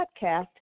podcast